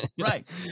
Right